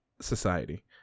Society